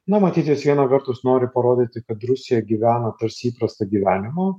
na matyt jis viena vertus nori parodyti kad rusija gyvena tarsi įprastą gyvenimą